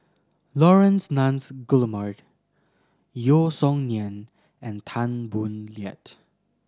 Laurence Nunns Guillemard Yeo Song Nian and Tan Boo Liat